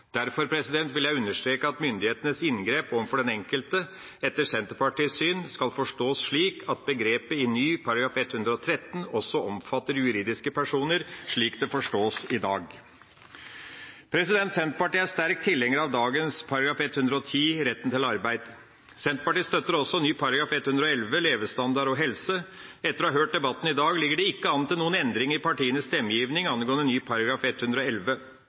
Derfor vil jeg understreke at myndighetenes inngrep overfor den enkelte etter Senterpartiets syn skal forstås slik at begrepet i ny § 113 også omfatter juridiske personer, slik det forstås i dag. Senterpartiet er sterkt tilhenger av dagens § 110, om retten til arbeid. Senterpartiet støtter også ny § 111, om levestandard og helse. Etter å ha hørt debatten i dag ser jeg ikke at det ligger an til noen endringer i partienes stemmegiving angående ny § 111.